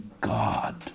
God